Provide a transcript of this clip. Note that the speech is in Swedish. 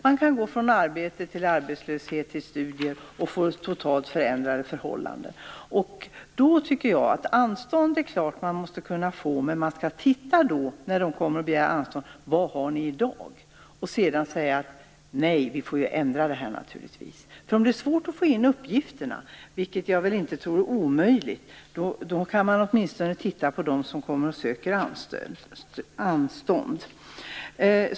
Man kan gå från arbete till arbetslöshet, till studier och därmed få totalt förändrade förhållanden. Det är klart att man då måste kunna få anstånd, men utgångspunkten vid en eventuell förändring måste vara vad man tjänar i dag. Det kan vara svårt att få in uppgifter, men de som ansöker om anstånd borde kunna få sin sak prövad.